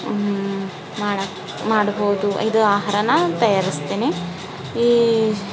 ಮಾಡಕ್ಕೆ ಮಾಡ್ಬೋದು ಇದು ಆಹಾರನ ತಯಾರಿಸ್ತೀನಿ ಈ